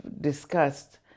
discussed